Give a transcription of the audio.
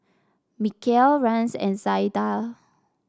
Mikeal Rance and Zaida